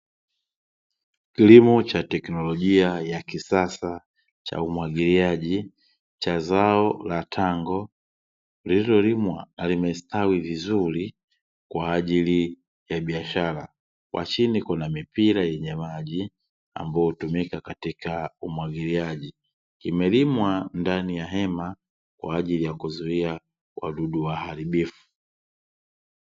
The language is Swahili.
Kilimo cha teknolojia ya kisasa cha umwagiliaji, cha zao la tango, lililolimwa na limestawi vizuri, kwa ajili ya biashara. Kwa chini kuna mipira yenye maji, ambayo hutumika katika umwagiliaji. Imelimwa ndani ya hema, kwa ajili ya kuzuia wadudu waharibifu.